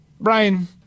Brian